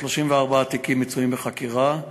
34 תיקים מצויים בחקירה,